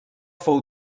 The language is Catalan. fou